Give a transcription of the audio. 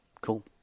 Cool